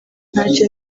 ntacyo